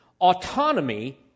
autonomy